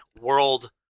World